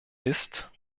ist